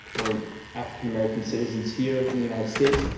or african-american citizens here in the united states,